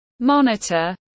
monitor